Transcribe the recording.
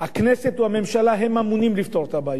הכנסת או הממשלה אמונים לפתור את הבעיות.